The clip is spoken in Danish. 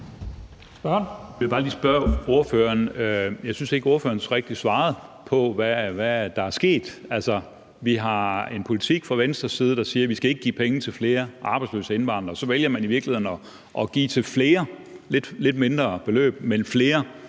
Jeg vil bare lige spørge ordføreren om noget, og jeg synes ikke, ordføreren rigtig svarede på, hvad der er sket. Man har fra Venstres side en politik, der siger, at man ikke skal give penge til flere arbejdsløse indvandrere, og så vælger man i virkeligheden at give et lidt mindre beløb, men til flere